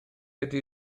ydy